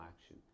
action